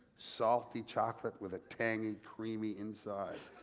salty chocolate with a tangy, creamy inside.